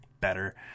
better